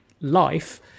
life